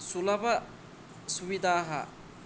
सुलभसुविधाः